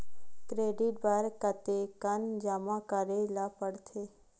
Credit बर कतेकन जमा करे ल पड़थे?